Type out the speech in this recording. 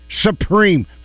supreme